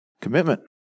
commitment